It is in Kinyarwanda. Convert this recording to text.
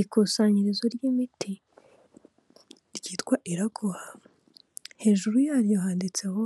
Ikusanyirizo ry'imiti ryitwa Iraguha hejuru yaryo handitseho